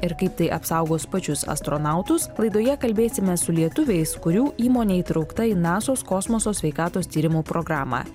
ir kaip tai apsaugos pačius astronautus laidoje kalbėsime su lietuviais kurių įmonė įtraukta į nasos kosmoso sveikatos tyrimų programą